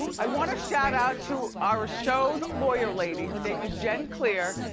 i want a shout out to our show's lawyer lady, her name is jenn klear.